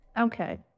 Okay